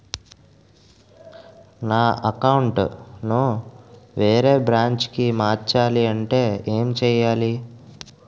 నా అకౌంట్ ను వేరే బ్రాంచ్ కి మార్చాలి అంటే ఎం చేయాలి?